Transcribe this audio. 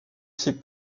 ses